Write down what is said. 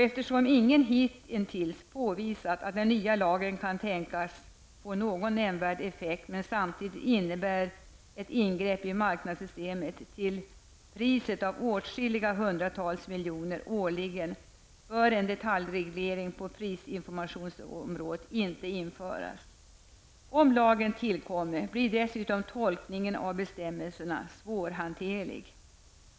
Eftersom ingen hitintills påvisat att den nya lagen kan tänkas få någon nämnvärd effekt, samtidigt som den innebär ett ingrepp i marknadssystemet till priset av åtskilliga hundratals miljoner årligen, bör en detaljreglering på prisinformationsområdet inte införas. Om lagen tillkommer blir dessutom tolkningen av bestämmelserna svårhanterlig.